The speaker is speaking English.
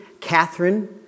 Catherine